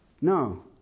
No